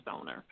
owner